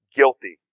guilty